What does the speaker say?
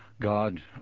God